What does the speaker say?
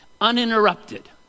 Uninterrupted